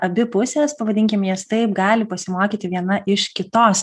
abi pusės pavadinkim jas taip gali pasimokyti viena iš kitos